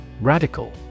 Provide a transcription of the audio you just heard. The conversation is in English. Radical